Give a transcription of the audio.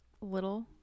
little